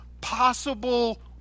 possible